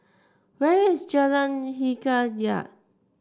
where is Jalan Hikayat